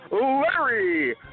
Larry